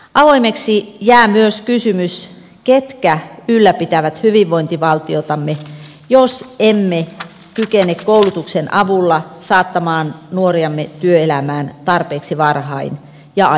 avoimeksi jää myös kysymys siitä ketkä ylläpitävät hyvinvointivaltiotamme jos emme kykene koulutuksen avulla saattamaan nuoriamme työelämään tarpeeksi varhain ja ajoissa